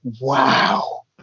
wow